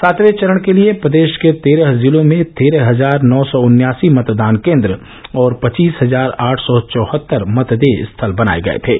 सांतवें चरण के लिये प्रदेष के तेरह जिलों में तेरह हजार नौ सौ उन्यासी मतदान केन्द्र और पचीस हजार आठ सौ चौहत्तर मतदेय स्थल बनाये गये थे